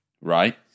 right